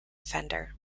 fender